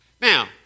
Now